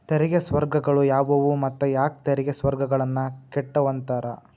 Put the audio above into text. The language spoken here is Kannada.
ತೆರಿಗೆ ಸ್ವರ್ಗಗಳು ಯಾವುವು ಮತ್ತ ಯಾಕ್ ತೆರಿಗೆ ಸ್ವರ್ಗಗಳನ್ನ ಕೆಟ್ಟುವಂತಾರ